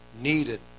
needed